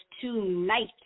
tonight